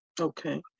Okay